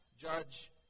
judge